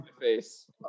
face